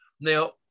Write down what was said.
Now